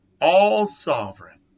all-sovereign